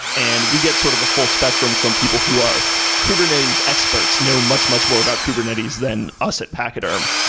and we get sort of a full spectrum from people who are kubernetes experts know much, much more about kubernetes than us at pachyderm.